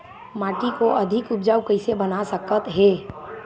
माटी को अधिक उपजाऊ कइसे बना सकत हे?